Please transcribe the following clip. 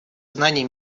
знаний